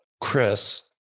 Chris